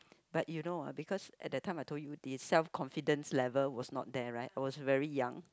but you know ah because at that time I told you the self confidence level was not there right I was very young